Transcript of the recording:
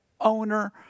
owner